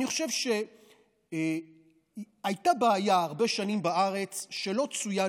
אני חושב שהייתה בארץ בעיה הרבה שנים שלא צוין